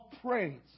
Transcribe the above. praise